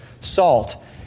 Salt